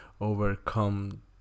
overcome